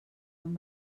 van